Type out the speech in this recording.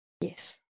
Yes